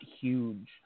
huge